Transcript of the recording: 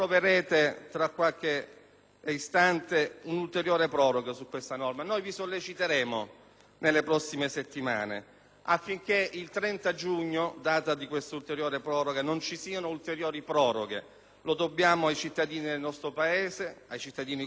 istante una ulteriore proroga di questa norma. Vi solleciteremo nelle prossime settimane affinché il 30 giugno, data di scadenza di questa ulteriore proroga, non ve ne siano di ulteriori. Lo dobbiamo ai cittadini del nostro Paese, ai cittadini consumatori, a tutti noi.